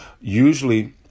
Usually